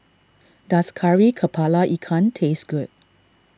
does Kari Kepala Ikan taste good